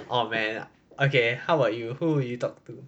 !aww! man okay how about you who would you talk to